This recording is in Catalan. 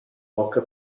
poca